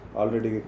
already